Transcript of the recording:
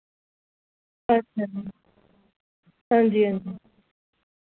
अच्छा जी हांजी हांजी